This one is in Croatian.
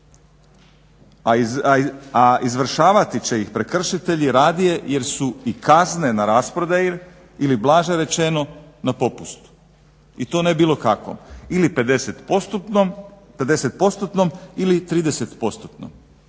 A izvršavati će ih prekršitelji radije jer su i kazne na rasprodaji ili blaže rečeno na popustu. I to ne bilo kakvom ili 50%-nom ili 30%-nom.